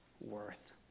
worth